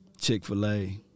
Chick-fil-A